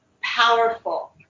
powerful